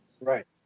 Right